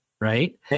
right